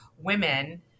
women